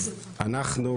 אנחנו,